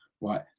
Right